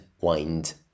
wind